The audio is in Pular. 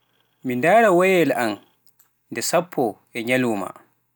Nde noy ndaraata waya telefoŋ maa e nder ñalawma, ko wona?